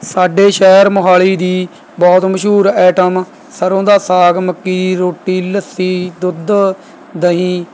ਸਾਡੇ ਸ਼ਹਿਰ ਮੋਹਾਲੀ ਦੀ ਬਹੁਤ ਮਸ਼ਹੂਰ ਆਈਟਮ ਸਰ੍ਹੋਂ ਦਾ ਸਾਗ ਮੱਕੀ ਦੀ ਰੋਟੀ ਲੱਸੀ ਦੁੱਧ ਦਹੀਂ